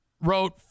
wrote